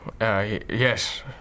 yes